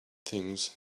things